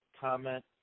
comment